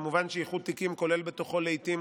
כמובן שאיחוד תיקים כולל בתוכו לעיתים